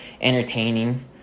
entertaining